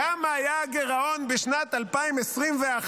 כמה היה הגרעון בשנת 2021,